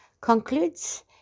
Concludes